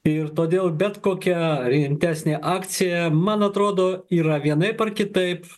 ir todėl bet kokia rimtesnė akcija man atrodo yra vienaip ar kitaip